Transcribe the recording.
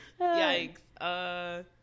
Yikes